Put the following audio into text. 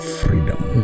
freedom